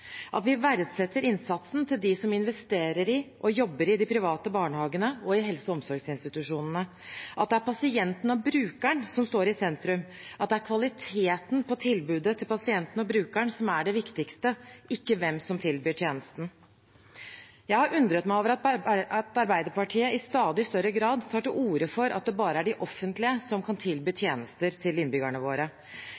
at vi verdsetter innsatsen til dem som investerer i og jobber i de private barnehagene og helse- og omsorgsinstitusjonene, at det er pasienten og brukeren som står i sentrum, og at det er kvaliteten på tilbudet til pasienten og brukeren som er det viktigste, ikke hvem som tilbyr tjenesten. Jeg har undret meg over at Arbeiderpartiet i stadig større grad tar til orde for at det bare er det offentlige som kan tilby